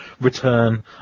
return